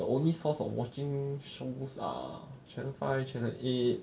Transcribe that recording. the only source of watching shows are channel five channel eight